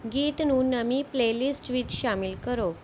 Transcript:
ਗੀਤ ਨੂੰ ਨਵੀਂ ਪਲੇਲਿਸਟ ਵਿੱਚ ਸ਼ਾਮਿਲ ਕਰੋ